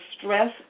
stress